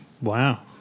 Wow